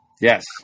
yes